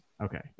Okay